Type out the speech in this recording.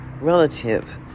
relative